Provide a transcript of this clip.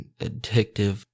addictive